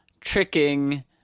tricking